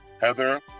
Heather